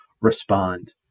respond